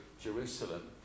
Jerusalem